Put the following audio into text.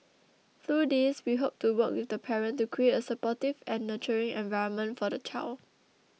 through these we hope to work with the parent to create a supportive and nurturing environment for the child